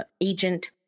Agent